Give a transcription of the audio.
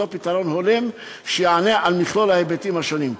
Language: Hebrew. פתרון הולם שיענה על מכלול ההיבטים השונים.